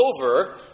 over